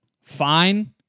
fine